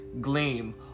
gleam